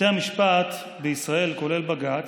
בתי המשפט בישראל, כולל בג"ץ,